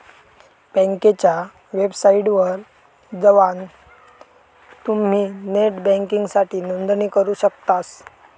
बँकेच्या वेबसाइटवर जवान तुम्ही नेट बँकिंगसाठी नोंदणी करू शकतास